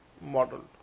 model